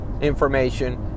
information